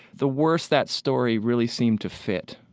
the worse that story really seemed to fit,